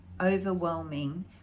overwhelming